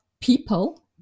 people